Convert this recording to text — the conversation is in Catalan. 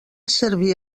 servir